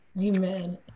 Amen